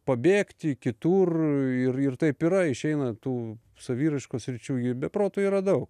pabėgt į kitur ir ir taip yra išeina tų saviraiškos sričių jų be proto yra daug